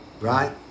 Right